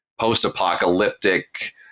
post-apocalyptic